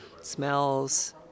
smells